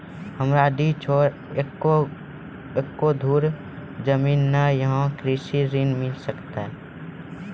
हमरा डीह छोर एको धुर जमीन न या कृषि ऋण मिल सकत?